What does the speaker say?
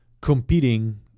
competing